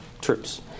troops